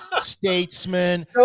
statesman